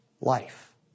life